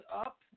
up